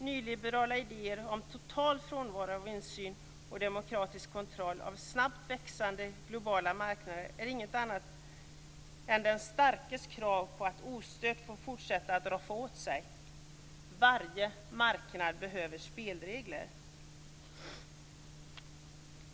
Nyliberala idéer om total frånvaro av insyn och demokratisk kontroll av snabbt växande globala marknader är inget annat än den starkes krav på att ostört få fortsätta att roffa åt sig. Varje marknad behöver spelregler.